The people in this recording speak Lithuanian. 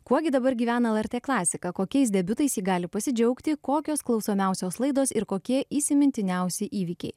kuo gi dabar gyvena lrt klasika kokiais debiutais ji gali pasidžiaugti kokios klausomiausios laidos ir kokie įsimintiniausi įvykiai